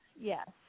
Yes